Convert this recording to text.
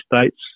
states